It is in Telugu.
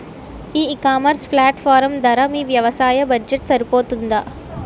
ఈ ఇకామర్స్ ప్లాట్ఫారమ్ ధర మీ వ్యవసాయ బడ్జెట్ సరిపోతుందా?